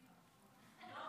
לא,